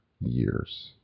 years